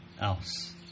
else